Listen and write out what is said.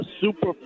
super